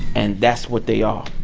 and that's what they are.